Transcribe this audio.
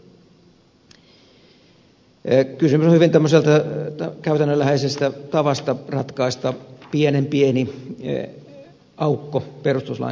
kysymys on hyvin tämmöisestä käytännönläheisestä tavasta ratkaista pienen pieni aukko perustuslain sääntelyssä